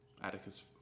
Atticus